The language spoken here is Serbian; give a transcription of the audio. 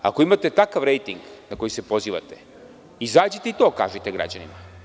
Ako imate takav rejting na koji se pozivate izađite i to kažite građanima.